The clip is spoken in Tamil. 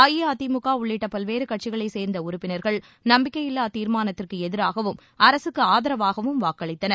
அஇஅதிமுக உள்ளிட்ட பல்வேறு கட்சிகளை சேர்ந்த உறுப்பினா்கள் நம்பிக்கையில்லா தீர்மானத்திற்கு எதிராகவும் அரசுக்கு ஆதரவாகவும் வாக்களித்தனர்